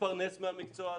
להתפרנס מהמקצוע הזה,